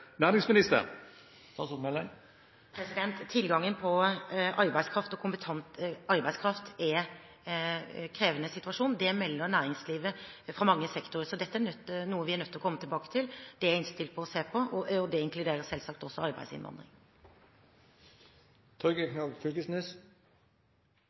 Tilgangen på arbeidskraft – og kompetent arbeidskraft – er en krevende situasjon. Det melder næringslivet fra flere sektorer, så dette er noe vi er nødt til å komme tilbake til, og som vi er innstilt på å se på. Det inkluderer selvsagt også arbeidsinnvandring.